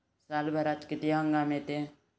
सालभरात किती हंगाम येते?